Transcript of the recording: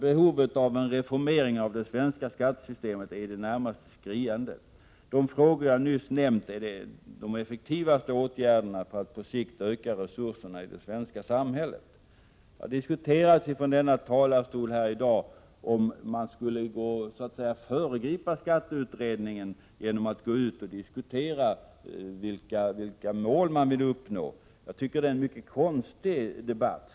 Behovet av en reformering av det svenska skattesystemet är i det närmaste skriande. De frågor jag nyss nämnt gäller de effektivaste åtgärderna för att på sikt öka resurserna i det svenska samhället. Det har från denna talarstol här i dag diskuterats om man så att säga skulle föregripa skatteutredningen genom att gå ut och tala om vilka mål man vill uppnå. Jag tycker att det är en konstig debatt.